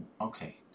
Okay